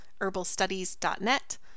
herbalstudies.net